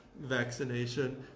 vaccination